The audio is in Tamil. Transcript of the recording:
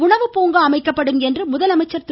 உணவுப்புங்கா அமைக்கப்படும் என்று முதலமைச்சா் திரு